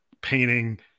painting